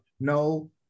No